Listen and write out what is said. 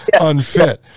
unfit